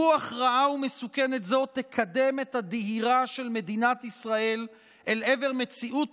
רוח רעה ומסוכנת זו תקדם את הדהירה של מדינת ישראל אל עבר מציאות